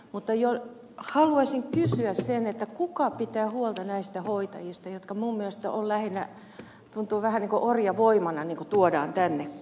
mutta haluaisin kysyä kuka pitää huolta näistä hoitajista jotka minun mielestäni lähinnä tuntuu että vähän niin kuin orjavoimana tuodaan tänne